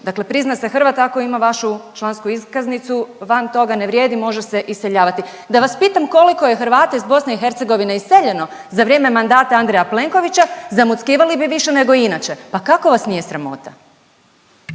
dakle prizna se Hrvat ako ima vašu člansku iskaznicu van toga ne vrijedi može se iseljavati. Da vas pitam koliko je Hrvata iz BiH iseljeno za vrijeme mandata Andreja Plenkovića zamuckivali bi više nego inače. Pa kako vas nije sramota.